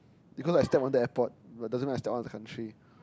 because I step on the airport but doesn't mean I step on the country